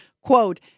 quote